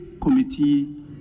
committee